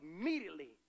immediately